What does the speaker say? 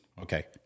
okay